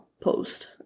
post